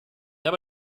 habe